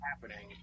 happening